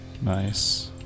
Nice